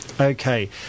Okay